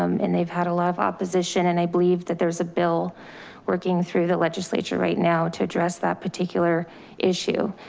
um and they've had a lot of opposition and i believe that there's a bill working through the legislature right now to address that particular issue.